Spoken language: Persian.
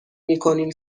میکنیم